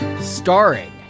Starring